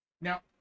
now